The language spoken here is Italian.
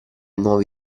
nuove